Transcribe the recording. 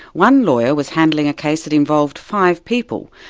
one lawyer was handling a case that involved five people,